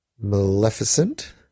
Maleficent